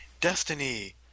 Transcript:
Destiny